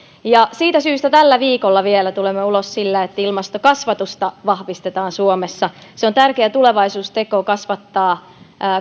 siitä syystä tällä viikolla vielä tulemme ulos sillä että ilmastokasvatusta vahvistetaan suomessa se on tärkeä tulevaisuusteko kasvattaa